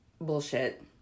bullshit